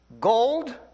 gold